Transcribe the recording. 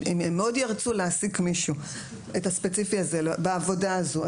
הם מאוד ירצו להעסיק מישהו ספציפי, בעבודה הזו.